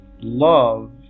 love